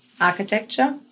Architecture